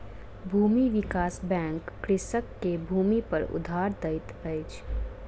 भूमि विकास बैंक कृषक के भूमिपर उधार दैत अछि